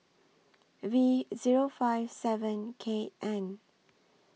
V Zero five seven K N